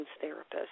therapist